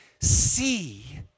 see